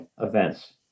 events